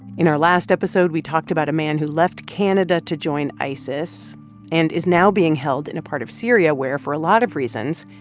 in our last episode, we talked about a man who left canada to join isis and is now being held in a part of syria where, for a lot of reasons,